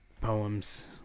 poems